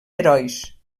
herois